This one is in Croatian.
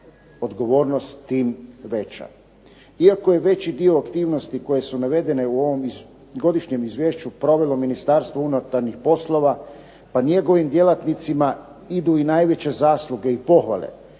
odgovornost tim veća. Iako je veći dio aktivnosti koje su navedene u ovom godišnjem izvješću provelo Ministarstvo unutarnjih poslova pa njegovim djelatnicima idu i najveće zasluge i pohvale.